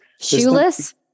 Shoeless